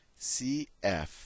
CF